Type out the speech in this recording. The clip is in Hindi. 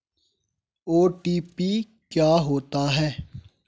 ओ.टी.पी क्या होता है?